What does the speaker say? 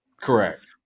Correct